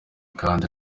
kandi